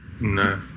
No